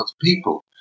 people